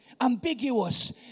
ambiguous